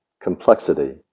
complexity